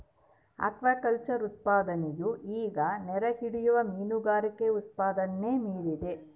aquaculture ಉತ್ಪಾದನೆಯು ಈಗ ಸೆರೆಹಿಡಿಯುವ ಮೀನುಗಾರಿಕೆ ಉತ್ಪಾದನೆನ ಮೀರಿದೆ